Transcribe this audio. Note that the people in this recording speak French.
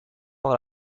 par